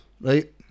right